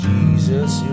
Jesus